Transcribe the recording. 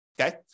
okay